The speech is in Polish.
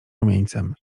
rumieńcem